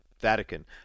Vatican